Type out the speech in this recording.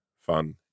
fun